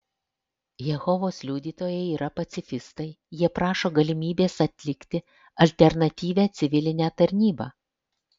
jehovos liudytojai yra pacifistai jie prašo galimybės atlikti alternatyvią civilinę tarnybą